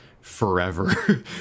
forever